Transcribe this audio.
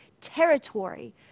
territory